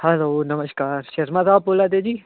hello नमस्कार शर्मा साह्ब बोल्लै दे जी